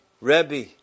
Rebbe